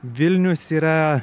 vilnius yra